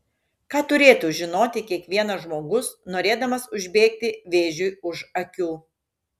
ką turėtų žinoti kiekvienas žmogus norėdamas užbėgti vėžiui už akių